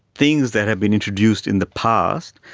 things that have been introduced in the past,